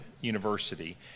University